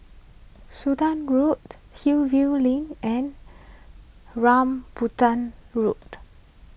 Sudan Road Hillview Link and Rambutan Road